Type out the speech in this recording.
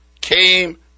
came